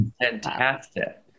fantastic